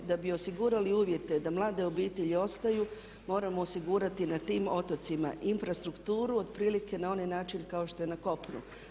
Da bi osigurali uvjete da mlade obitelji ostaju moramo osigurati na tim otocima infrastrukturu otprilike na onaj način kao što je na kopnu.